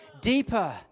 deeper